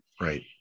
Right